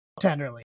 Tenderly